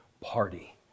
party